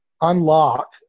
unlock